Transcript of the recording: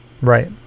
right